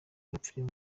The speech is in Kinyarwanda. bapfiriye